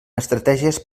estratègies